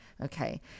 Okay